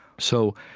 so,